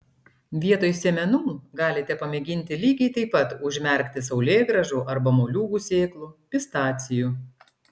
vietoj sėmenų galite pamėginti lygiai taip pat užmerkti saulėgrąžų arba moliūgų sėklų pistacijų